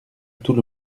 tout